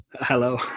Hello